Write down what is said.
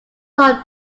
saw